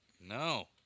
No